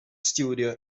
studio